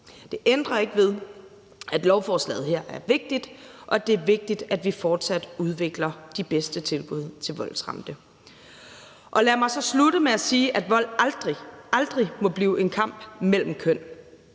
Det ændrer ikke ved, at lovforslaget her er vigtigt, og at det er vigtigt, at vi fortsat udvikler de bedste tilbud til voldsramte. Lad mig så slutte med at sige, at det i forbindelse med vold aldrig, aldrig må blive en kamp mellem køn;